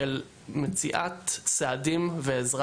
מציאת סעדים ועזרה